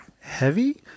Heavy